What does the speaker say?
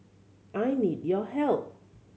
I need your help